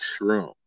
Shroom